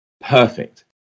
perfect